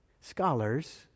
scholars